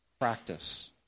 practice